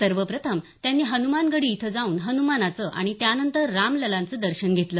सर्वप्रथम त्यांनी हनुमानगढी इथं जाऊन हन्मानाचं आणि त्यानंतर रामललाचं दर्शन घेतलं